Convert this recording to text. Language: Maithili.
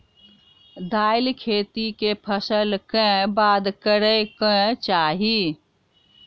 दालि खेती केँ फसल कऽ बाद करै कऽ चाहि?